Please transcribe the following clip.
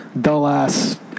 dull-ass